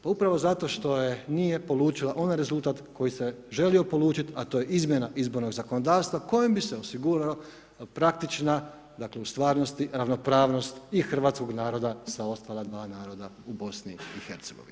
Pa upravo zato što nije polučila onaj rezultat koji se žalio polučit a to je izmjena izbornog zakonodavstva kojim bi se osigurao praktična, dakle u stvarnosti ravnopravnost i hrvatskog naroda sa ostala dva naroda u BiH.